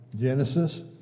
Genesis